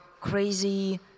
crazy